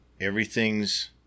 everything's